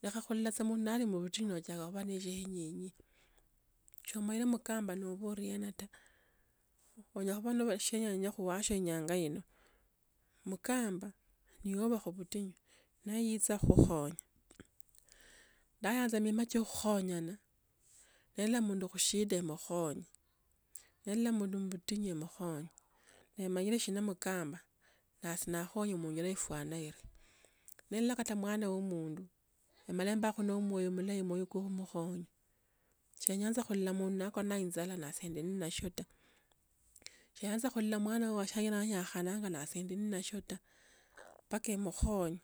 liekha khulola tsa mundu nali mbutinyu notsiaka khuba na lienyenye somanyile mukamba nobe oriena ta onyala khuba noli shienyanya khwoshio inyanga ino mukamba niusa oba khubutinyu neeitsa khukhukhonya ndayanza emima tsio khukhanyana nelaa mundu khushida emukhonye nalala mundu khubutinyu emukhonye nelola shina mukamba nasi naakhonye munzila ifwanana iri nelola kata umwana uso umundu emala embakho na omwoyo mulahi omwoyo kwa khumukhonya shenyanzaa khulola mundu nakona na inzala mba ninashio ta shiyanza khulola mwana we washio naanyakhana nasi nashio ta mpaka emukhonye.